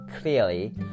clearly